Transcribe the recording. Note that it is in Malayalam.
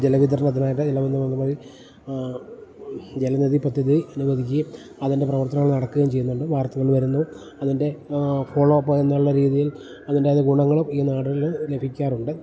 ജലവിതരണത്തിനായിട്ട് ജല വിതരണത്തിനായി ജലനിദി പദ്ധതി അനുവദിക്കേം അതിൻ്റെ പ്രവർത്തനങ്ങൾ നടക്കുകേം ചെയ്യുന്നുണ്ട് വാർത്തകൾ വരുന്നു അതിൻ്റെ ഫോളോപ്പ് എന്നുള്ള രീതിയിൽ അതിൻറ്റേതായ ഗുണങ്ങളും ഈ നാടുകളിൽ ലഭിക്കാറുണ്ട്